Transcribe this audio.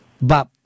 Bob